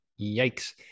Yikes